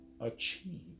achieve